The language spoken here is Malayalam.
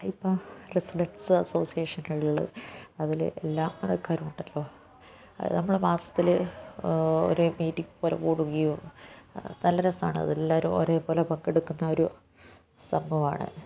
ഇപ്പോൾ റെസിഡൻസ് അസോസിയേഷനുകളില് അതില് എല്ലാ ആൾക്കാരും ഉണ്ടല്ലോ അത് നമ്മള് മാസത്തില് ഒരു മീറ്റിങ്ങുപോലെ കൂടുകയും നല്ല രസമാണത് എല്ലാവരും ഒരേ പോലെ പങ്കെടുക്കുന്ന ഒരു സംഭവമാണ്